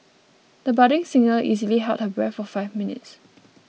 the budding singer easily held her breath for five minutes